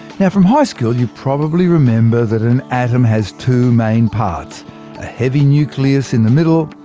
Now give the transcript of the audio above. now from high school you probably remember that an atom has two main parts a heavy nucleus in the middle,